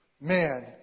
Man